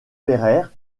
pereire